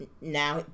now